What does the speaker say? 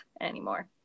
anymore